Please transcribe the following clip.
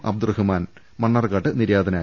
അബ്ദുറഹ്മാൻ മണ്ണാർകാട്ട് നിര്യാതനായി